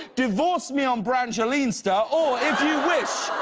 divorce me on brang leanster, or if you wish,